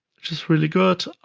which is really good.